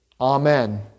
Amen